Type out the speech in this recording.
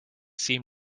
seem